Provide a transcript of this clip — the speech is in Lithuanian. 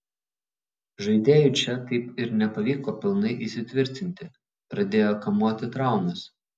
žaidėjui čia taip ir nepavyko pilnai įsitvirtinti pradėjo kamuoti traumos